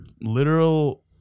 Literal